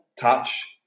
touch –